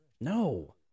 No